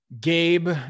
Gabe